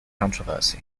controversy